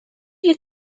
you